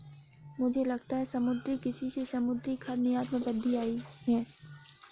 मुझे लगता है समुद्री कृषि से समुद्री खाद्य निर्यात में वृद्धि आयी है